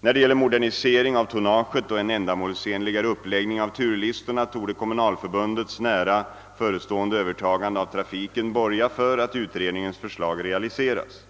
När det gäller modernisering av tonnaget och en ändamålsenligare uppläggning av turlistorna torde kommunalförbundets nära förestående övertagande av trafiken borga för att utredningens förslag realiseras.